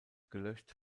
gelöscht